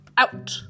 Out